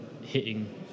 hitting